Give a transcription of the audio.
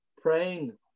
praying